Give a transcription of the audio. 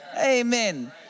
Amen